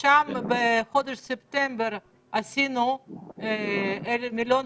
בחודש ספטמבר עשינו 1,300 מיליון,